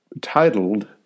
Titled